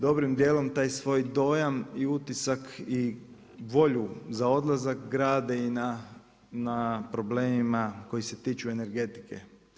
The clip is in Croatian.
Dobrim dijelom taj svoj dojam i utisak i volju za odlazak grade i na problemima koji se tiču energetike.